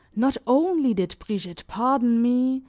not only did brigitte pardon me,